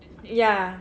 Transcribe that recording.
ya